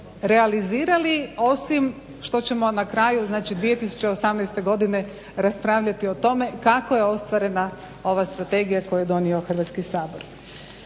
realizirali osim što ćemo na kraju 2018.godine raspravljati o tome kako je ostvarena ova strategija koju je donio Hrvatski sabor.